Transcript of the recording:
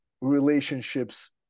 relationships